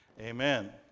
Amen